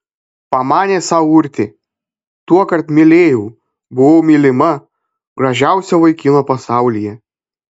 pamanė sau urtė tuokart mylėjau buvau mylima gražiausio vaikino pasaulyje